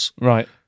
Right